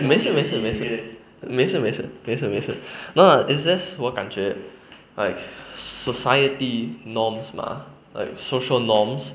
没事没事没事没事没事没事没事 not ah it's just 我感觉 like society norms mah like social norms